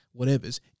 whatevers